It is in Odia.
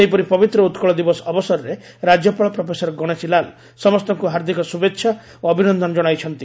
ସେହିପରି ପବିତ୍ର ଉକ୍ଳ ଦିବସ ଅବସରରେ ରାଜ୍ୟପାଳ ପ୍ରଫେସର ଗଣେଶୀଲାଲ ସମସ୍ତଙ୍କୁ ହାର୍ଦ୍ଦିକ ଶୁଭେଛା ଓ ଅଭିନନ୍ଦନ ଜଣାଇଛନ୍ତି